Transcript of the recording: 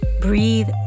breathe